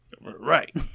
Right